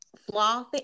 flawed